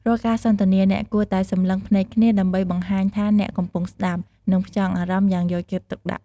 រាល់ការសន្ទនាអ្នកគួរតែសម្លឹងភ្នែកគ្នា ដើម្បីបង្ហាញថាអ្នកកំពុងស្តាប់ និងផ្ចង់អារម្មណ៌យ៉ាងយកចិត្តទុកដាក់។